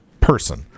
person